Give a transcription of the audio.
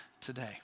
today